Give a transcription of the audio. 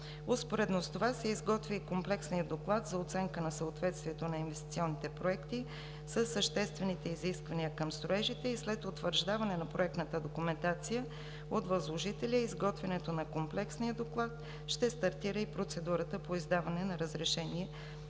Успоредно с това се изготвя и комплексният доклад за оценка на съответствието на инвестиционните проекти със съществените изисквания към строежите и след утвърждаване на проектната документация от възложителя, изготвянето на комплексния доклад ще стартира и процедурата по издаване на разрешение за строеж